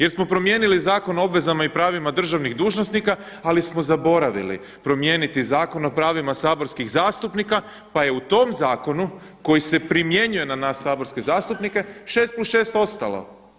Jer smo promijenili Zakon o obvezama i pravima državnih dužnosnika, ali smo zaboravili promijeniti Zakon o pravima saborskih zastupnika pa je u tom zakonu koji se primjenjuje na nas saborske zastupnike 6 + 6 ostalo.